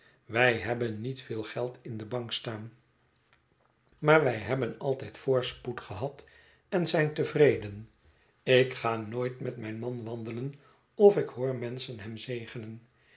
wij hebben niet veel geld in de bank staan maar wij hebben altijd voorspoed gehad en zijn tevreden ik ga nooit met mijn man wandelen of ik hoor menschen hem zegenen